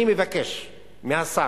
אני מבקש מהשר